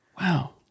Wow